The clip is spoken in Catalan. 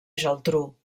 geltrú